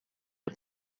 der